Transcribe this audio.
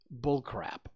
Bullcrap